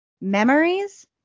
memories